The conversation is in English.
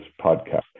podcast